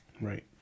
Right